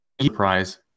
surprise